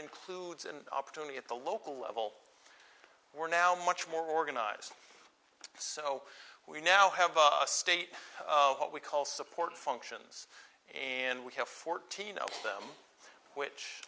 includes an opportunity at the local level we're now much more organized so we now have a state we call support functions and we have fourteen of them which